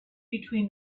between